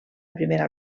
primera